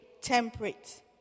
temperate